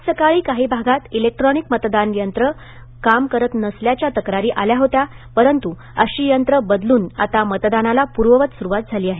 आज सकाळी काही भागांत इलेक्ट्रोनिक मतदान यंत्र काम करत नसल्याच्या तक्रारी आल्या होत्या परंतू अशी यंत्रे बदलून आता मतदानाला पुर्ववत सुरुवात झाली आहे